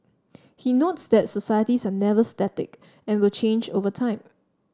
he notes that societies are never static and will change over time